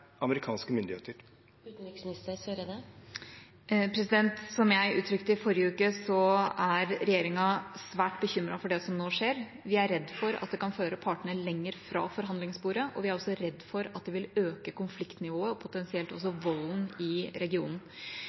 amerikanske myndigheter? Som jeg uttrykte i forrige uke, er regjeringa svært bekymret for det som nå skjer. Vi er redde for at det kan føre partene lenger fra forhandlingsbordet, og vi er også redde for at det vil øke konfliktnivået, potensielt også volden i regionen.